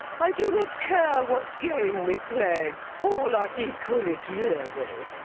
i do not care what game we play all are equally dreary.